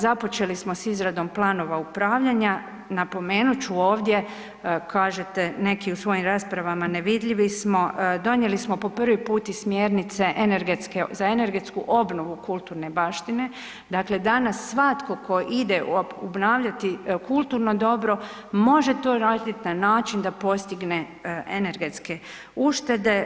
Započeli smo izradom planova upravljanja, napomenut ću ovdje, kažete neki u svojim raspravama, nevidljivi smo, donijeli smo po prvi put i smjernice energetske, za energetsku obnovu kulturne baštine, dakle danas svatko tko ide obnavljati kulturno dobro, može to raditi na način da postigne energetske uštede.